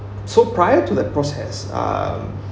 so prior to the process uh